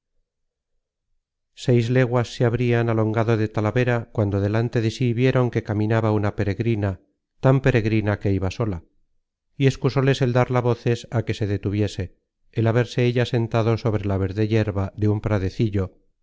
seis leguas se habrian alongado de talavera cuando delante de sí vieron que caminaba una peregrina tan peregrina que iba sola y excusóles el darla voces á que se detuviese el haberse ella sentado sobre la verde yerba de un pradecillo